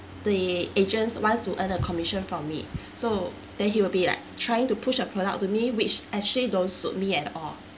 the agents wants to earn a commission from me so then he will be like trying to push a product to me which actually don't suit me at all